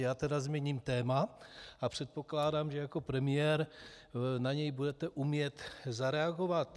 Já tedy změním téma a předpokládám, že jako premiér na něj budete umět zareagovat.